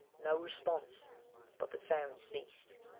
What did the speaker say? no response but the sound ceased.